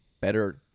better